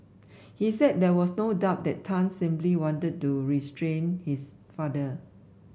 he said there was no doubt that Tan simply wanted to restrain his father